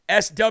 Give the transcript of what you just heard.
SW